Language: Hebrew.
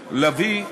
לביא,